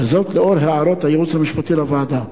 וזאת לאור הערות הייעוץ המשפטי לוועדה,